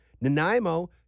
Nanaimo